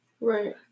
Right